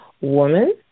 woman